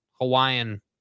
Hawaiian